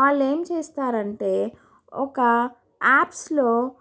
వాళ్ళు ఏం చేస్తారు అంటే ఒక యాప్స్లో